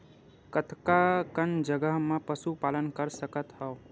कतका कन जगह म पशु पालन कर सकत हव?